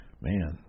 Man